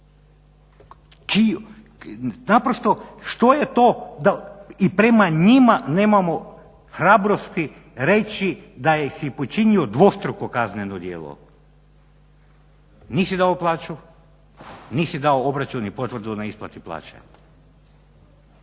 Naprosto što je to da i prema njima nemamo hrabrosti reći da ih je počinio dvostruko kazneno djelo. Nisi dao plaću, nisi dao obračun i potvrdu na isplati plaće.